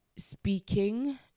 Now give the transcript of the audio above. speaking